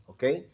Okay